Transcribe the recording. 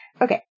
Okay